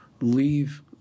leave